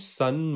sun